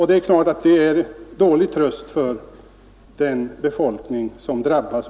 Det är klart att detta är mycket tråkigt för den befolkning som drabbas.